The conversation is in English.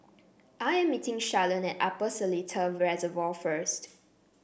I am meeting Shalon at Upper Seletar Reservoir first